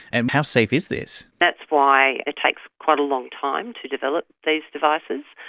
and how safe is this? that's why it takes quite a long time to develop these devices,